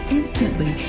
instantly